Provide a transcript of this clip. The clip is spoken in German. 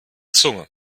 zunge